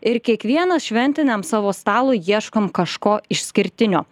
ir kiekvienas šventiniam savo stalui ieškom kažko išskirtinio